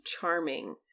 Charming